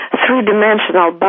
three-dimensional